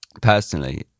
Personally